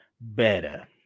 better